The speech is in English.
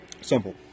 Simple